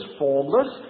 formless